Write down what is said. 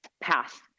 path